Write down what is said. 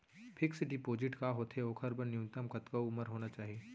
Fix deposit का होथे ओखर बर न्यूनतम कतका उमर होना चाहि?